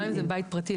גם אם זה בית פרטי,